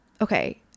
okay